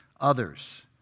others